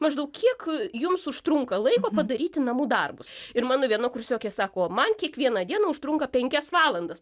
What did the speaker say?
maždaug kiek jums užtrunka laiko padaryti namų darbus ir mano viena kursiokė sako man kiekvieną dieną užtrunka penkias valandas